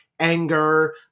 anger